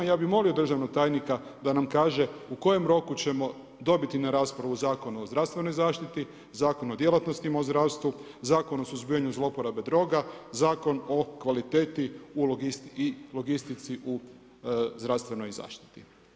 Ja bi molio državnog tajnika da nam kaže u kojem roku ćemo dobiti na raspravu Zakon o zdravstvenoj zaštiti, Zakon o djelatnostima u zdravstvu, Zakon o suzbijanju zloporabe droga, Zakon o kvaliteti i logistici u zdravstvenoj zaštiti?